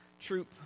Troop